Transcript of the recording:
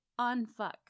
unfuck